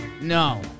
No